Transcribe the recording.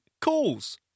calls